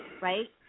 right